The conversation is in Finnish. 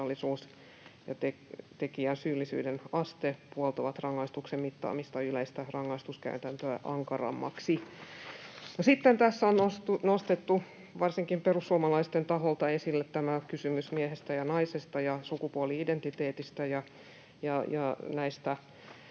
ja tekijän syyllisyyden aste puoltavat rangaistuksen mittaamista yleistä rangaistuskäytäntöä ankarammaksi. Sitten tässä on nostettu, varsinkin perussuomalaisten taholta, esille tämä kysymys miehestä ja naisesta ja sukupuoli-identiteetistä ja näistä